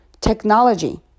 technology